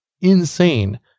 insane